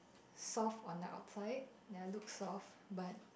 soft on the outside that I look soft but